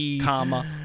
comma